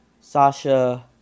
Sasha